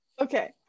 Okay